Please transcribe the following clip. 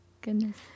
goodness